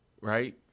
right